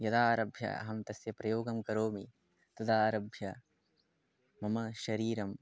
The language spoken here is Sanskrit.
यदारभ्य अहं तस्य प्रयोगं करोमि तदारभ्य मम शरीरं